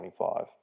25